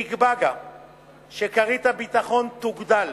נקבע גם שכרית הביטחון תוגדל